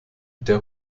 der